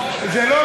זה במישרין.